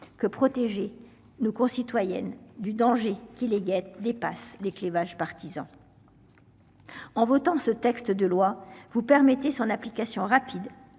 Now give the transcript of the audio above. que protéger nos concitoyennes du danger qui les guette dépasse les clivages partisans. En votant ce texte de loi vous permettez son application rapide